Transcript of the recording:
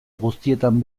guztietan